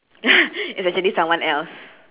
it's actually someone else